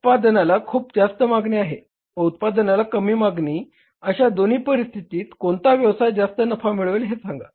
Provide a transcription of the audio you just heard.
उत्पादनाला खूप जास्त मागणी व उत्पादनाला कमी मागणी अशा दोन्ही परिस्थितीत कोणता व्यवसाय जास्त नफा मिळवेल हे सांगा